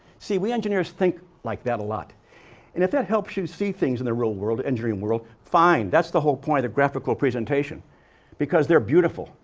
see we engineers think like that a lot, and if that helps you to see things in the real world, in dream world, fine. that's the whole point of graphical presentation because they're beautiful.